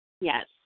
Yes